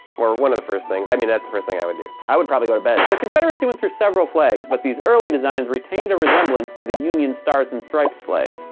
or one of the first things. i mean, that's the first thing i would do. i would probably go to bed. the confederacy went through several flags. but these early designs retained a resemblance to the union's stars and stripes flag,